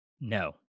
No